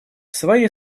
своей